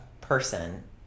person